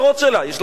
יש לה גם ייעודים,